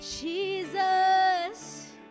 Jesus